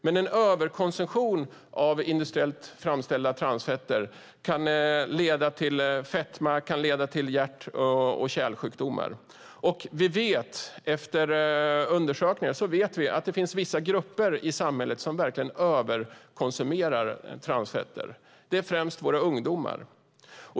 Men en överkonsumtion av industriellt framställda transfetter kan leda till fetma och hjärt och kärlsjukdomar. Enligt undersökningar vet vi att det finns vissa grupper i samhället som verkligen överkonsumerar transfetter. Det är främst våra ungdomar.